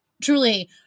Truly